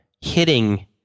hitting